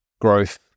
growth